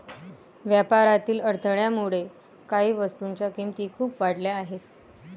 व्यापारातील अडथळ्यामुळे काही वस्तूंच्या किमती खूप वाढल्या आहेत